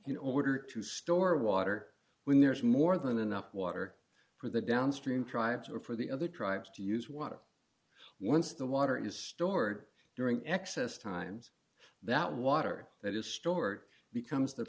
in order to store water when there is more than enough water for the downstream tribes or for the other tribes to use water once the water is stored during excess times that water that is stored becomes the